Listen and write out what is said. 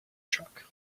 truck